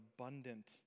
abundant